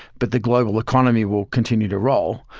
but the global economy will continue to roll.